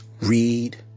read